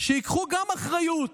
שייקחו גם אחריות.